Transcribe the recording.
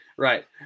Right